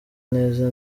neza